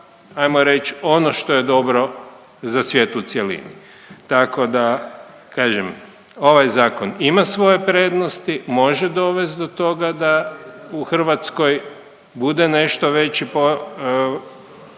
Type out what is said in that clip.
ajmo reći, ono što je dobro za svijet u cjelini. Tako da, kažem, ovaj Zakon ima svoje prednosti, može dovesti do toga da u Hrvatskoj bude nešto veći prihod